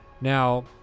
Now